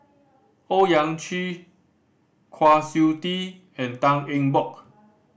Owyang Chi Kwa Siew Tee and Tan Eng Bock